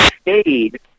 stayed